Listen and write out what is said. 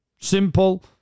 Simple